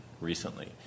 recently